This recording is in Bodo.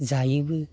जायोबो